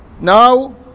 now